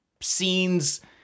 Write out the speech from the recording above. scenes